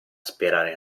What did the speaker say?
sperare